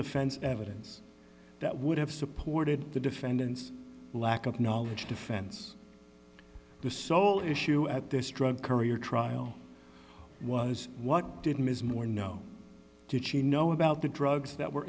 defense evidence that would have supported the defendant's lack of knowledge defense the sole issue at this drug courier trial was what did ms moore know did she know about the drugs that were